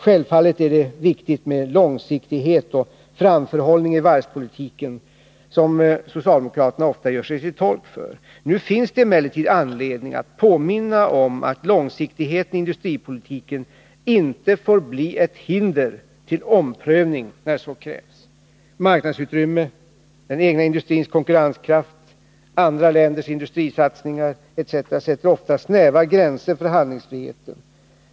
Självfallet är det viktigt med långsiktighet och framförhållning i varvspolitiken, som socialdemokraterna ofta gör sig till tolk för. Nu finns det emellertid anledning att påminna om att långsiktigheten i industripolitiken inte får bli ett hinder för omprövning när så krävs. Marknadsutrymme, den egna industrins konkurrenskraft, andra länders industrisatsningar etc. sätter ofta snäva gränser för handlingsfriheten.